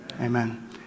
Amen